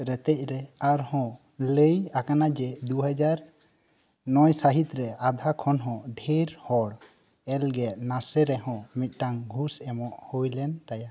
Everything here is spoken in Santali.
ᱨᱮᱛᱮᱡ ᱨᱮ ᱟᱨᱦᱚᱸ ᱞᱟ ᱭ ᱟᱠᱟᱱᱟ ᱡᱮ ᱫᱩ ᱦᱟᱡᱟᱨ ᱱᱚᱭ ᱥᱟ ᱦᱤᱛ ᱨᱮ ᱟᱫᱷᱟ ᱠᱷᱚᱱ ᱦᱚᱸ ᱰᱷᱮᱨ ᱦᱚᱲ ᱮᱞ ᱜᱮ ᱱᱟᱥᱮ ᱨᱮᱦᱚᱸ ᱢᱤᱫᱴᱟᱝ ᱜᱷᱩᱥ ᱮᱢᱚᱜ ᱦᱩᱭᱞᱮᱱ ᱛᱟᱭᱟ